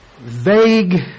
vague